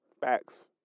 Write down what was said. Facts